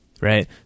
right